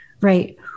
right